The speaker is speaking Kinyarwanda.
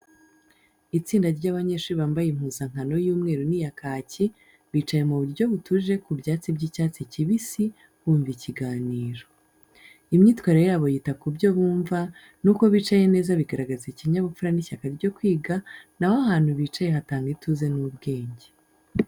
Itsinda ry’abanyeshuri bambaye impuzankano y’umweru n’iya kaki, bicaye mu buryo butuje ku byatsi by’icyatsi kibisi, bumva ikiganiro. Imyitwarire yabo yita ku byo bumva n’uko bicaye neza bigaragaza ikinyabupfura n’ishyaka ryo kwiga, naho ahantu bicaye hatanga ituze n’ubwenge.